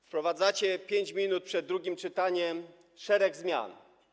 Wprowadzacie na 5 minut przed drugim czytaniem szereg zmian.